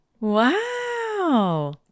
Wow